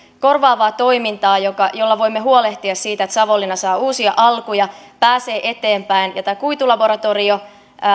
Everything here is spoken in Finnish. korvaavaa toimintaa jolla voimme huolehtia siitä että savonlinna saa uusia alkuja pääsee eteenpäin tämä kuitulaboratorio